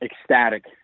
ecstatic